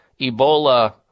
Ebola